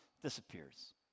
disappears